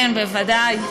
כן, בוודאי.